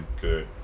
good